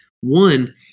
one